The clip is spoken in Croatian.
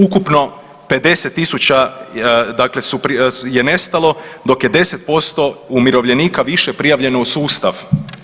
Ukupno 50 000 dakle je nestalo, dok je 10% umirovljenika više prijavljeno u sustav.